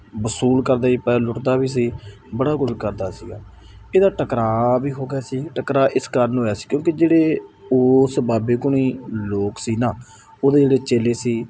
ਵਸੂਲ ਕਰਦਾ ਸੀ ਪੈਸੇ ਲੁੱਟਦਾ ਵੀ ਸੀ ਬੜਾ ਕੁਝ ਕਰਦਾ ਸੀਗਾ ਇਹਦਾ ਟਕਰਾਅ ਵੀ ਹੋ ਗਿਆ ਸੀ ਟਕਰਾਅ ਇਸ ਗੱਲ ਨੂੰ ਹੋਇਆ ਸੀ ਕਿਉਂਕਿ ਜਿਹੜੇ ਉਸ ਬਾਬੇ ਕੋਲ ਲੋਕ ਸੀ ਨਾ ਉਹਦੇ ਜਿਹੜੇ ਚੇਲੇ ਸੀ